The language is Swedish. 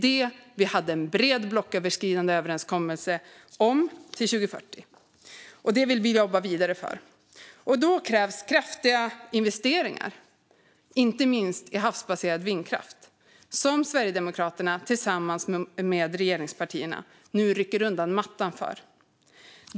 Det fanns en bred, blocköverskridande överenskommelse om att ha detta till 2040, och det vill vi i Miljöpartiet jobba vidare för. Då krävs kraftiga investeringar, inte minst i havsbaserad vindkraft, vilket Sverigedemokraterna tillsammans med regeringspartierna nu rycker undan mattan för.